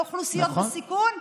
לאוכלוסיות הסיכון?